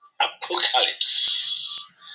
apocalypse